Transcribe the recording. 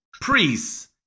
priests